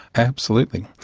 absolutely.